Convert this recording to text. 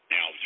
Now